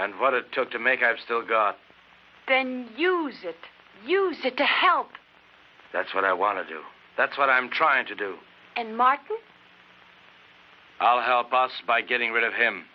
and what it took to make i've still got then you just use it to help that's what i want to do that's what i'm trying to do and mark you all help us by getting rid of him